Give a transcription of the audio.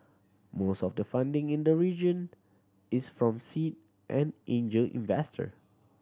most of the funding in the region is from seed and angel investor